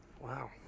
Wow